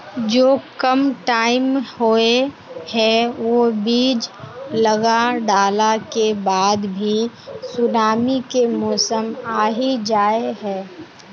जो कम टाइम होये है वो बीज लगा डाला के बाद भी सुनामी के मौसम आ ही जाय है?